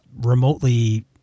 remotely